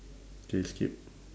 K skip